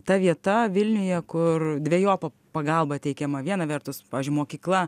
ta vieta vilniuje kur dvejopa pagalba teikiama viena vertus pavyzdžiui mokykla